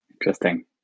Interesting